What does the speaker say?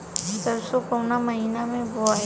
सरसो काउना महीना मे बोआई?